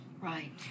right